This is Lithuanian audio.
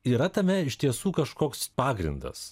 yra tame iš tiesų kažkoks pagrindas